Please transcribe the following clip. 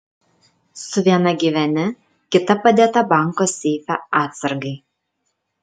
su viena gyveni kita padėta banko seife atsargai